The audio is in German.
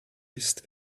ist